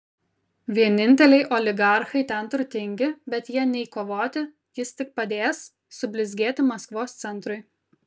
vieninteliai oligarchai ten turtingi bet jie nei kovoti jis tik padės sublizgėti maskvos centrui